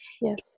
Yes